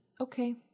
okay